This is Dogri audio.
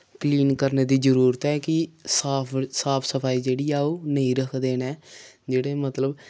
क्लीन करने दी जरूरत ऐ कि साफ साफ सफाई जेह्ड़ी ऐ ओ नेईं रखदे न जेह्ड़े मतलब